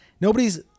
nobody's